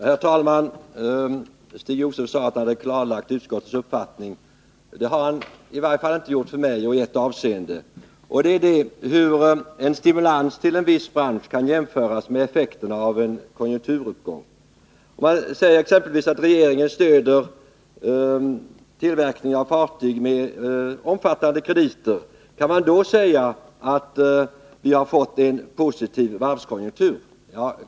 Herr talman! Stig Josefson sade att han hade klarlagt utskottets uppfattning. I varje fall i ett avseende har jag inte fått den klarlagd, nämligen hur en stimulans till en viss bransch kan jämföras med effekterna av en konjunkturuppgång. Säg exempelvis att regeringen stöder tillverkningen av fartyg med omfattande krediter. Kan man då säga att vi har fått en positiv varvskonjunktur?